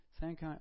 Thank